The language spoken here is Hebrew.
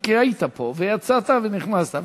כי היית פה ויצאת ונכנסת.